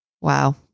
Wow